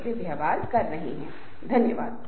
आपका बहुत धन्यवाद